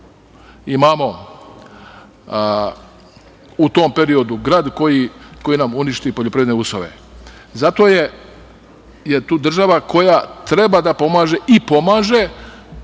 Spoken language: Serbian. imamo u tom periodu grad, koji nam uništi poljoprivredne useve. Zato je tu država koja treba da pomaže, i pomaže,